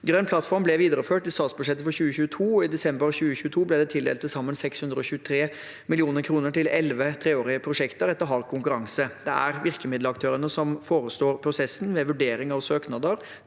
Grønn plattform ble videreført i statsbudsjettet for 2022, og i desember 2022 ble det tildelt til sammen 623 mill. kr til elleve treårige prosjekter etter hard konkurranse. Det er virkemiddelaktørene som forestår prosessen ved vurdering av søknader